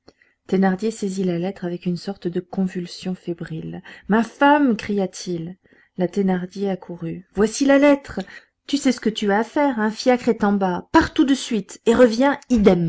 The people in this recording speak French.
thénardier saisit la lettre avec une sorte de convulsion fébrile ma femme cria-t-il la thénardier accourut voici la lettre tu sais ce que tu as à faire un fiacre est en bas pars tout de suite et reviens idem